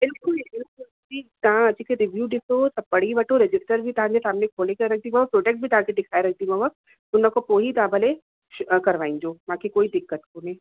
बिल्कुलु बिल्कुलु जी तव्हां अची करे रिव्यू ॾिसो त पढ़ी वठो रजिस्टर बि तव्हांजे साम्हूं खोले करे रखदीमाव प्रोडक्ट बि तव्हांखे ॾिखारे रखंदीमाव उनखां पोइ ई भले तव्हा करवाईंजो मूंखे कोई दिक़तु कोन्हे